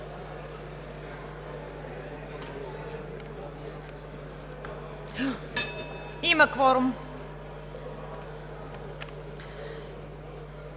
Има кворум.